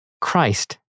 Christ